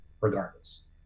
regardless